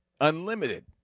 unlimited